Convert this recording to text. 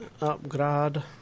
Upgrade